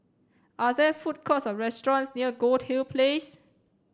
are there food courts or restaurants near Goldhill Place